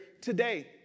today